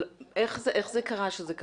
איך זה קרה שזה כך?